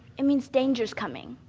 it means danger's coming.